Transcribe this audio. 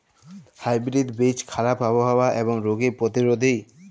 hybrid বীজ খারাপ আবহাওয়া এবং রোগে প্রতিরোধী